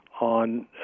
on